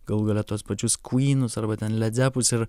galų gale tuos pačius kvynus arba ten ledzepus ir